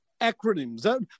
acronyms